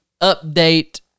update